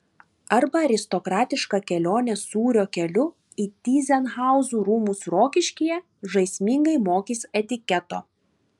arba aristokratiška kelionė sūrio keliu į tyzenhauzų rūmus rokiškyje žaismingai mokys etiketo